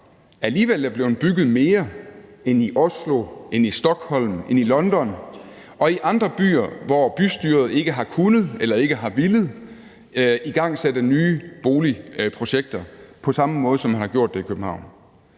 alligevel er blevet bygget mere end i Oslo, end i Stockholm, end i London og i andre byer, hvor bystyret ikke har kunnet eller ikke har villet igangsætte nye boligprojekter på samme måde, som man har gjort det i København.